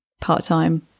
part-time